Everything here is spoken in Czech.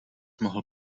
mohl